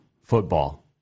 football